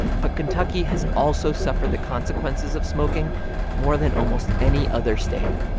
but kentucky has also suffered the consequences of smoking more than almost any other state.